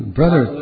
brother